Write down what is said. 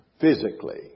physically